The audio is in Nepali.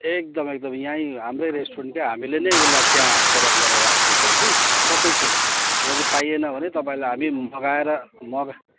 एकदम एकदम यहीँ हाम्रै रेस्टुरेन्टकै हामीले नै उसलाई त्यहाँ प्रोभाइड गरेर राखेको हो कि सबै कुरो यदि पाइएन भने तपाईँलाई हामी मगाएर मगा